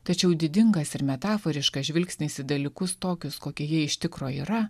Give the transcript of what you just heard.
tačiau didingas ir metaforiškas žvilgsnis į dalykus tokius kokie jie iš tikro yra